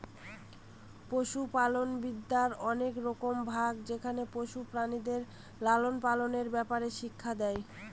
পশুপালনবিদ্যার অনেক রকম ভাগ যেখানে পশু প্রাণীদের লালন পালনের ব্যাপারে শিক্ষা দেয়